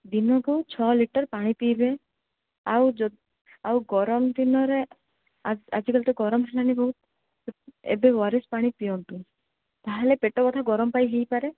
ଦିନକୁ ଛଅ ଲିଟର ପାଣି ପିଇବେ ଆଉ ଯୋ ଆଉ ଗରମ ଦିନରେ ଆ ଆଜିକାଲି ତ ଗରମ ହେଲାଣି ବହୁତ ଏବେ ଓ ଆର ଏସ ପାଣି ପିଅନ୍ତୁ ତାହେଲେ ପେଟବ୍ୟଥା ଗରମ ପାଇଁ ହେଇପାରେ